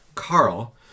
Carl